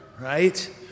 right